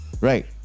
right